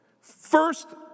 First